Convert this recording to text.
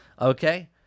okay